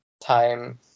time